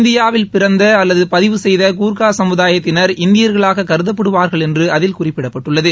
இந்தியாவில் பிறந்த அல்லது பதிவு செய்த கூர்கா சமுதாயத்தினா் இந்தியா்களாக கருதப்படுவாா்கள் என்று அதில் குறிப்பிடப்பட்டுள்ளது